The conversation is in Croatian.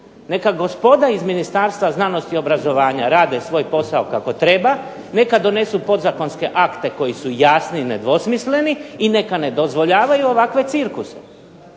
Neka gospoda iz Ministarstva znanosti i obrazovanja rade svoj posao kako treba, neka donesu podzakonske akte koji su jasni i nedvosmisleni i neka ne dozvoljavaju ovakve cirkuse.